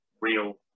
real